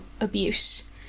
abuse